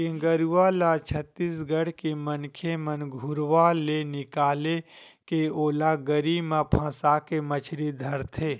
गेंगरूआ ल छत्तीसगढ़ के मनखे मन घुरुवा ले निकाले के ओला गरी म फंसाके मछरी धरथे